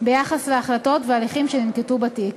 ביחס להחלטות והליכים שננקטו בתיק.